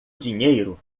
dinheiro